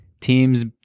Teams